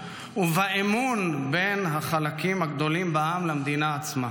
ובאמון בין החלקים הגדולים בעם למדינה עצמה.